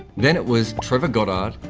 then it was trevor goddard,